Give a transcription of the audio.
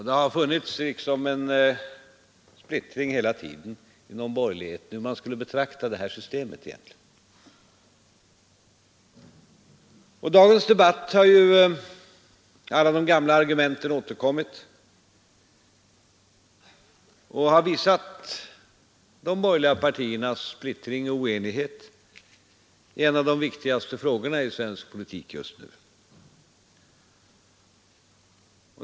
Det har funnits en splittring hela tiden inom borgerligheten om hur man egentligen skulle betrakta det här systemet. I dagens debatt har ju alla de gamla argumenten återkommit och visat de borgerligas splittring och oenighet i en av de viktigaste frågorna i svensk politik just nu.